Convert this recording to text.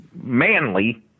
manly